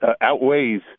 outweighs